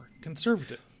conservative